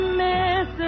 miss